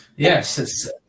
yes